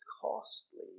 costly